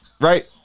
Right